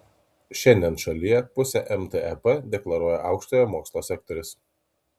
šiandien šalyje pusę mtep deklaruoja aukštojo mokslo sektorius